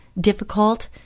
difficult